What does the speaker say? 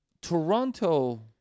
Toronto